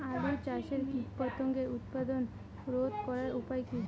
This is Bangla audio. আলু চাষের কীটপতঙ্গের উৎপাত রোধ করার উপায় কী?